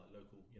local